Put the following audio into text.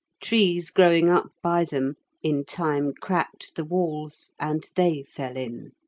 trees growing up by them in time cracked the walls, and they fell in.